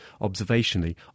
observationally